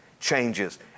changes